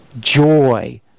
joy